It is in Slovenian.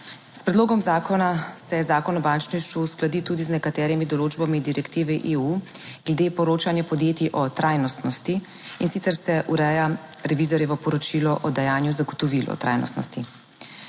S predlogom zakona se Zakon o bančništvu uskladi tudi z nekaterimi določbami direktive EU glede poročanja podjetij o trajnostnosti, in sicer se ureja revizorjevo poročilo o dajanju zagotovil o trajnostnosti.